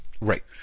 Right